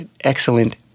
Excellent